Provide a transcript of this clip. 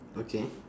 okay